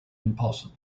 impossible